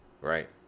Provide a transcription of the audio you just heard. right